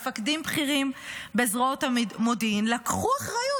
מפקדים בכירים בזרועות המודיעין לקחו אחריות.